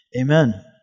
Amen